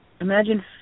imagine